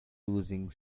losing